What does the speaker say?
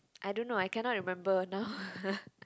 I don't know I cannot remember now